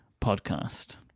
podcast